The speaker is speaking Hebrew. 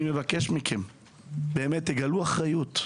אני מבקש מכם, תגלו אחריות.